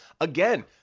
Again